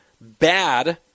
bad